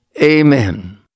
Amen